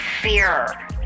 fear